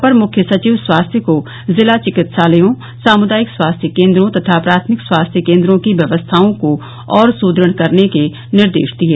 अपर मुख्य सचिव स्वास्थ्य को जिला चिकित्सालयों सामुदायिक स्वास्थ्य केन्द्रों तथा प्राथमिक स्वास्थ्य केन्द्रों की व्यवस्थाओं को और सुदृढ़ बनाने के निर्देश दिये